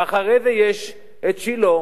ואחרי זה יש שילה,